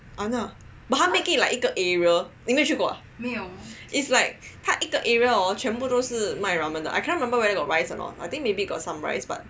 !hanna! but 它 make it like 一个 area 你没有去过 ah is like 一个 area 全部都是买 ramen 的 I cannot remember got rice or not I think maybe got some rice but